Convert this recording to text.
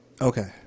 Okay